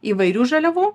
įvairių žaliavų